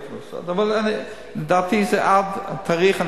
לדעתי עד התאריך,